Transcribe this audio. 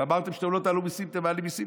אמרתם שאתם לא תעלו מיסים ואתם מעלים מיסים,